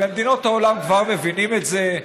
במדינות העולם כבר מבינים את זה,